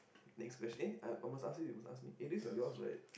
next question eh I must ask you you ask me eh this is yours right